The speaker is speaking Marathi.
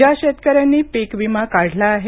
ज्या शेतकऱ्यांनी पिक विमा काढला आहे